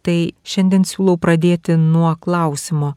tai šiandien siūlau pradėti nuo klausimo